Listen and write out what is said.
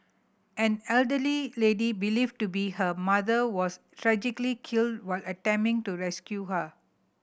an elderly lady believed to be her mother was tragically killed while attempting to rescue her